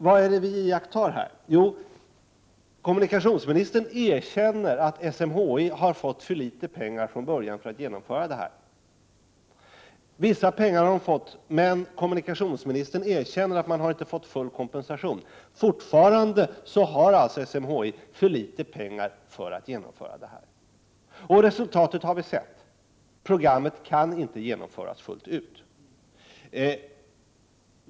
Vad är det vi här kan iaktta? Jo, kommunikationsministern erkänner att SMHI från början har fått för litet pengar för att kunna genomföra mätningarna. Man har fått vissa medel, men kommunikationsministern erkänner att man inte har fått full kompensation. Fortfarande har alltså SMHI för litet pengar för att genomföra mätningarna. Vi har också sett resultatet härav: programmet kan inte genomföras fullt ut.